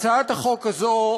הצעת החוק הזאת,